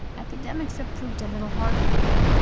academics have proved a little hard for her.